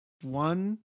one